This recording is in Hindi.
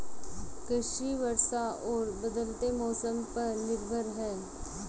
कृषि वर्षा और बदलते मौसम पर निर्भर है